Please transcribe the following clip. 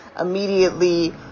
immediately